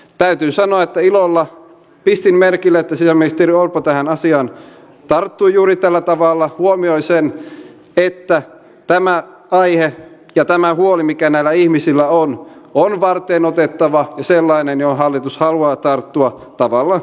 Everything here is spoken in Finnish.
täytyy sanoa että ilolla pistin merkille että sisäministeri orpo tähän asiaan tarttui juuri tällä tavalla huomioi sen että tämä aihe ja tämä huoli mikä näillä ihmisillä on on varteenotettava ja sellainen johon hallitus haluaa tarttua tavalla tai toisella